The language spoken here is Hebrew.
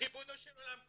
ריבונו של עולם,